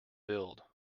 build